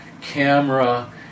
camera